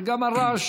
וגם הרעש